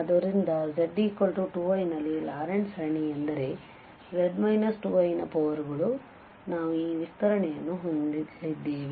ಆದ್ದರಿಂದ z 2i ನಲ್ಲಿ Laurent ಸರಣಿ ಎಂದರೆ z 2iನ ಪವರ್ ಗಳು ನಾವು ಈ ವಿಸ್ತರಣೆಯನ್ನು ಹೊಂದಲಿದ್ದೇವೆ